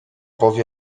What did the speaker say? powie